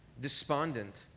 despondent